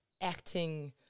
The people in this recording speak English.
acting